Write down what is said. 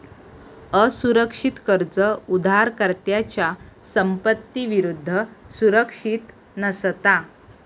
असुरक्षित कर्ज उधारकर्त्याच्या संपत्ती विरुद्ध सुरक्षित नसता